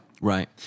Right